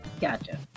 gotcha